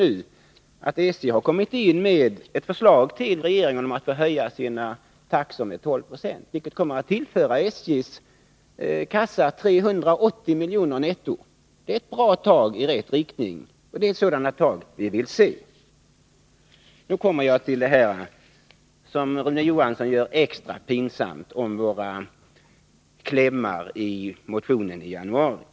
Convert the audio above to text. nu att SJ har kommit in med ett förslag till regeringen om att få höja sina taxor med 12 96, vilket kommer att tillföra SJ:s kassa 380 miljoner netto. Det är ett bra tag i rätt riktning, och det är sådana tag vi vill se. Så kommer jag till det som Rune Johansson gör extra pinsamt, våra klämmar i motionen i januari.